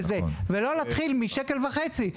ולא להתחיל משקל וחצי,